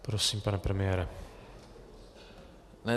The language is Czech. Prosím, pane premiére.